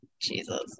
Jesus